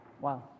Wow